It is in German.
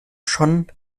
schon